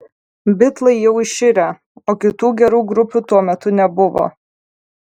bitlai jau iširę o kitų gerų grupių tuo metu nebuvo